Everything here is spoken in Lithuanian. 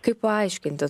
kaip paaiškinti